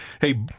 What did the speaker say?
hey